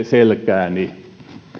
selkääni